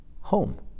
home